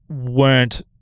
weren't-